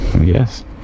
Yes